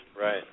right